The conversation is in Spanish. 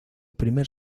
primer